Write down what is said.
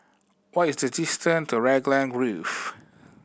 what is the distance to Raglan Grove